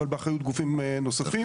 אבל באחריות גופים נוספים.